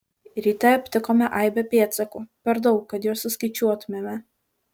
ryte aptikome aibę pėdsakų per daug kad juos suskaičiuotumėme